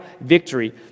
victory